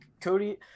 Cody